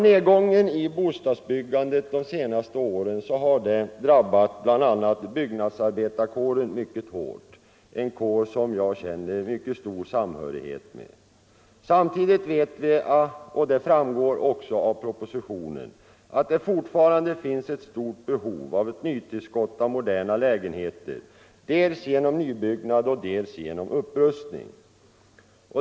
Nedgången i bostadsbyggandet de senaste åren har drabbat bl.a. byggnadsarbetarkåren — en kår som jag känner mycket stor samhörighet med — synnerligen hårt. Samtidigt vet vi, och det framgår också av propositionen, att det fortfarande finns ett stort behov av nytillskott av moderna lägenheter dels genom nybyggnad, dels genom upprustning.